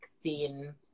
thin